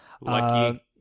Lucky